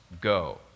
go